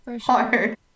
hard